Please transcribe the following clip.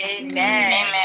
Amen